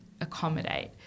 accommodate